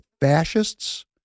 fascists